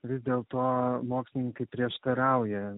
vis dėl to mokslininkai prieštarauja